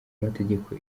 amategeko